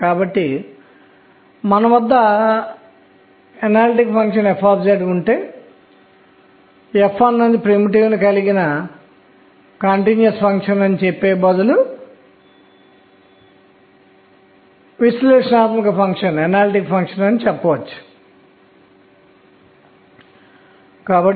8 యొక్క ఆవర్తత పీరియాడిసిటీ ఉంది ఇప్పుడు మీరు సంబంధిత క్వాంటం నిబంధనలను పరిశీలిస్తే అవి మీకు n 1 కోసం k 1 ఇచ్చినది